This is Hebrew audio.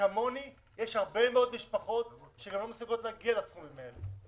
כמוני יש הרבה מאוד משפחות שגם לא מסוגלות להגיע לסכומים האלה.